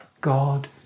God